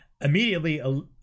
Immediately